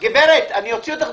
גברת, אוציא אותך.